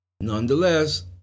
nonetheless